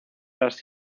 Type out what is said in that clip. las